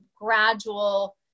gradual